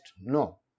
no